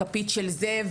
לכפית של זה,